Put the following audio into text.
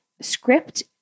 script